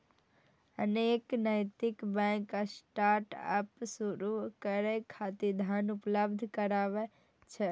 अनेक नैतिक bank startup शुरू करै खातिर धन उपलब्ध कराबै छै